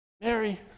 Mary